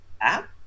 app